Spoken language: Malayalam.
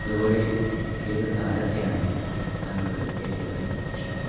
അതുപോലെ ഏത് താരത്തെയാണ് താങ്കൾക്ക് ഏറ്റവും അധികം ഇഷ്ടമുള്ളത്